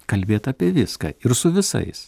kalbėt apie viską ir su visais